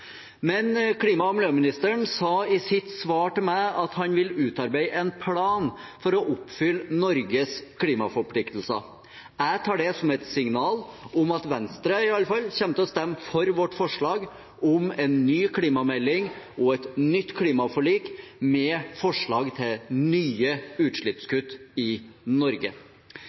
Men klima- og miljøministeren sa i sitt svar til meg at han vil utarbeide en plan for å oppfylle Norges klimaforpliktelser. Jeg tar det som et signal om at Venstre i alle fall kommer til å stemme for vårt forslag om en ny klimamelding og et nytt klimaforlik med forslag til nye utslippskutt i Norge.